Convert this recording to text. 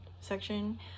section